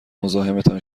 مزاحمتان